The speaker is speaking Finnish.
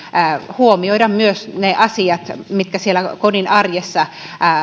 huomioida myös ne asiat mitkä siellä kodin arjessa